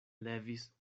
levis